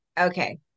Okay